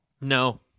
No